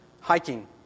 hiking